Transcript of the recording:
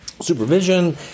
Supervision